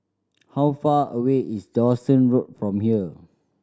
how far away is Dawson Road from here